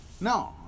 no